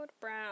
Brown